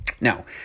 Now